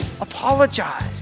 apologize